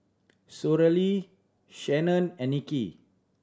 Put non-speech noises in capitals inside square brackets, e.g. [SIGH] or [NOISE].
[UNINTELLIGIBLE] Shannon and Nikki